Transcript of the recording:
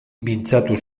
mintzatu